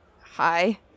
hi